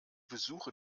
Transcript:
besuche